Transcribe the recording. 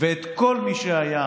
ואת כל מי שהיה